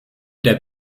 der